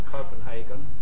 Copenhagen